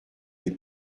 les